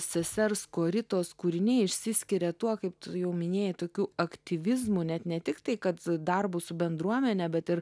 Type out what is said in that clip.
sesers koritos kūriniai išsiskiria tuo kaip tu jau minėjai tokiu aktyvizmu net ne tik tai kad darbo su bendruomene bet ir